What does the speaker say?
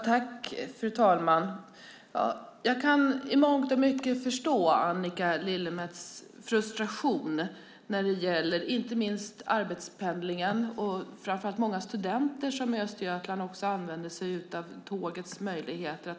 Fru talman! Jag kan i mångt och mycket förstå Annika Lillemets frustration, inte minst när det gäller arbetspendlingen, och framför allt frustrationen från många studenter i Östergötland som använder sig av tågets möjligheter.